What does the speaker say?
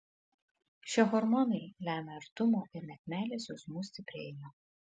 šie hormonai lemia artumo ir net meilės jausmų stiprėjimą